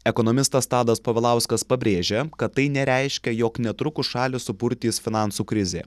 ekonomistas tadas povilauskas pabrėžia kad tai nereiškia jog netrukus šalį supurtys finansų krizė